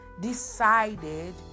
decided